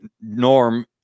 norm